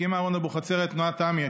הקים אהרן אבוחצירא את תנועת תמ"י,